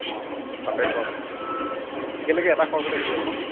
অঁ তাতে খোৱাম একেলগে এটা খৰচতে গুচি যাব ন